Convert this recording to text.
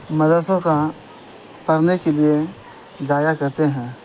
مدرسوں کا پڑھنے کے لیے جایا کرتے ہیں